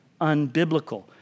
unbiblical